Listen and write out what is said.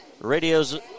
Radio's